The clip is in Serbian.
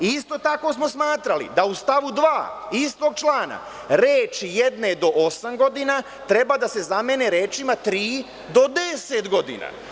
Isto tako smo smatrali da u stavu 2. istog člana reči „jedne do osam godina“ treba da se zamene rečima „tri do deset godina“